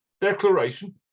declaration